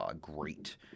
great